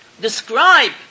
describe